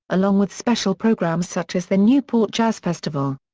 along with special programs such as the newport jazz festival.